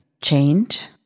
change